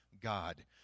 God